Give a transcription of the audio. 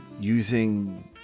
using